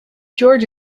george